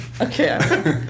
Okay